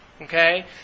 okay